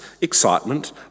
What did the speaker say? excitement